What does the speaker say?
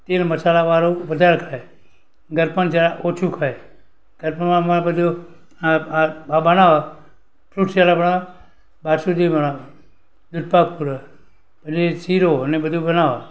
તેલ મસાલાવાળું વધારે ખાય ગળપણ જરા ઓછું ખાય ગળપણમાં અમારે બધું આ બનાવે ફ્રૂટ સલાડ બનાવે બાસુંદી બનાવે દૂધપાક પૂરી પછી શીરો અને બધુ બનાવે